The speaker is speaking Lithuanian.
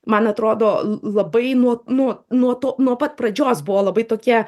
man atrodo l labai nuo nuo to nuo pat pradžios buvo labai tokia